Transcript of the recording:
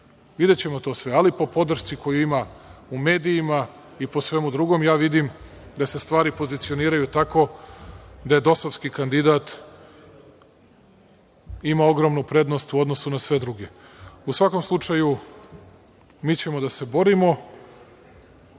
videćemo to sve, ali po podršci koju ima u medijima i po svemu drugom, vidim da se stvari pozicioniraju tako da je dosovski kandidat ima ogromnu prednost u odnosu na sve druge. U svakom slučaju, mi ćemo da se borimo. Spremio